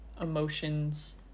emotions